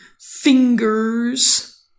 fingers